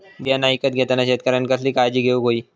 बियाणा ईकत घेताना शेतकऱ्यानं कसली काळजी घेऊक होई?